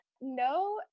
No